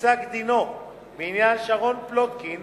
בפסק-דינו בעניין שרון פלוטקין,